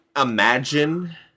imagine